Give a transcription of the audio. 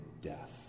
death